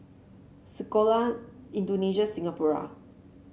Sekolah Indonesia Singapura